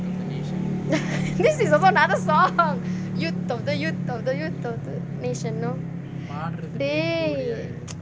this is also another song youth of the youth of the youth of the nation no eh